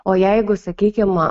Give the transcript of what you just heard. o jeigu sakykim